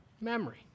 memory